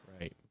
right